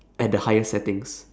at the highest settings